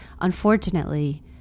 unfortunately